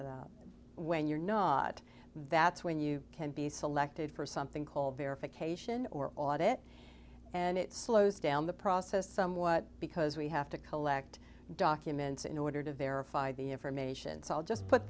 when you're not that's when you can be selected for something called verification or audit and it slows down the process somewhat because we have to collect documents in order to verify the information so i'll just put